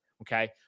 okay